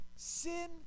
Sin